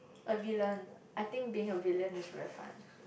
a villain I think being a villain is very fun